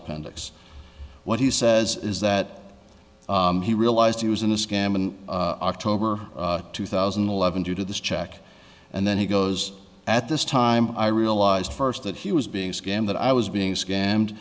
appendix what he says is that he realized he was in a scam in october two thousand and eleven due to this check and then he goes at this time i realized first that he was being scammed that i was being scammed